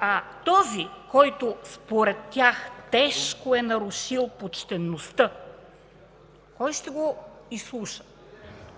А този, който според тях тежко е нарушил почтеността, кой ще го изслуша,